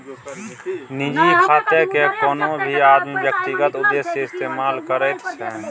निजी खातेकेँ कोनो भी आदमी व्यक्तिगत उद्देश्य सँ इस्तेमाल करैत छै